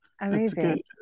amazing